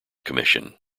commission